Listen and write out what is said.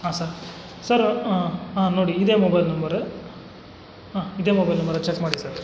ಹಾಂ sir sir ಹಾಂ ನೋಡಿ ಇದೆ ಮೊಬೈಲ್ ನಂಬರ್ ಹಾಂ ಇದೆ ಮೊಬೈಲ್ ನಂಬರ್ ಚೆಕ್ ಮಾಡಿ ಸರ್